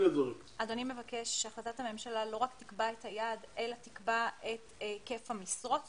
אדוני מבקש שהחלטת הממשלה לא רק תקבע את היעד אלא תקבע את היקף המשרות?